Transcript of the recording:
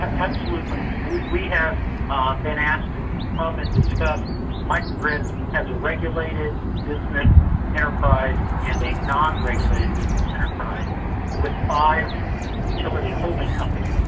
absolutely. we we have ah been asked to come um and discuss micro-grids as a regulated business enterprise and a non-regulated business enterprise with five utility holding companies,